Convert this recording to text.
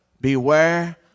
beware